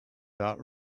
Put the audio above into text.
that